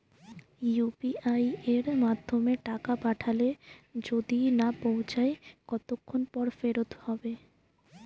UPI য়ের মাধ্যমে টাকা পাঠালে যদি না পৌছায় কতক্ষন পর ফেরত হবে?